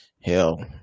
Hell